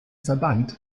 verband